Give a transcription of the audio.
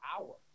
hour